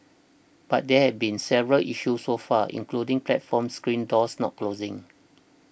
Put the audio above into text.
but there have been several issues so far including platform screen doors not closing